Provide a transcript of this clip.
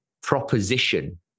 proposition